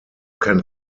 can